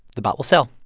the bot will sell.